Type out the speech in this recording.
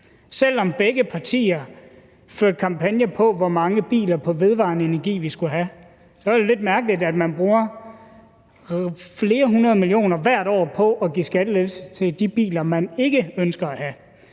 selv om begge partier førte kampagner på, hvor mange biler på vedvarende energi vi skulle have. Så er det jo lidt mærkeligt, at man bruger flere hundrede millioner hvert år på at give skattelettelser til de biler, man ikke ønsker at have.